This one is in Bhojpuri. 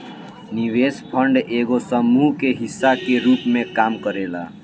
निवेश फंड एगो समूह के हिस्सा के रूप में काम करेला